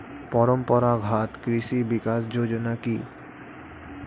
পরম্পরা ঘাত কৃষি বিকাশ যোজনা কি?